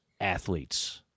athletes